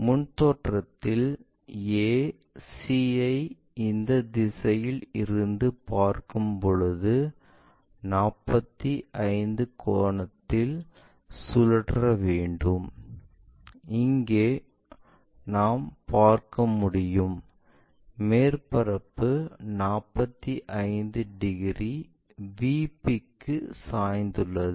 முன் தோற்றத்தில் a c ஐ இந்த திசையில் இருந்து பார்க்கும் பொழுது 45 கோணத்திற்கு சுழற்ற வேண்டும் இங்கே நான் பார்க்க முடியும் மேற்பரப்பு 45 டிகிரி VP க்கு சாய்ந்துள்ளது